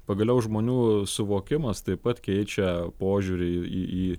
pagaliau žmonių suvokimas taip pat keičia požiūrį į į